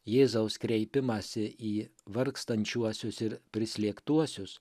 jėzaus kreipimąsi į vargstančiuosius ir prislėgtuosius